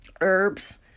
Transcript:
herbs